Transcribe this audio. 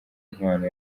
inkwano